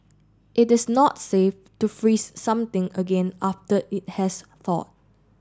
it is not safe to freeze something again after it has thawed